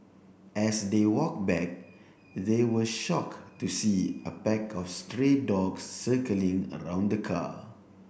as they walk back they were shock to see a pack of stray dogs circling around the car